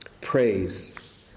Praise